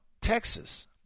Texas